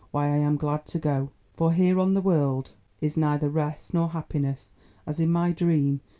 why i am glad to go. for here on the world is neither rest nor happiness as in my dream,